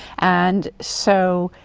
and so